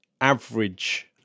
average